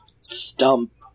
stump